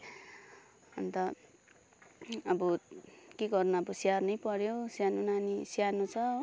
अन्त अब के गर्नु अब स्याहार्नै पऱ्यो सानो नानी सानो छ हो